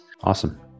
Awesome